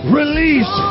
release